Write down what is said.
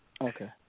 Okay